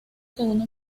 segundo